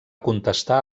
contestar